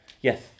Yes